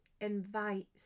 invites